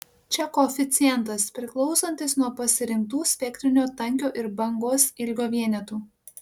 čia koeficientas priklausantis nuo pasirinktų spektrinio tankio ir bangos ilgio vienetų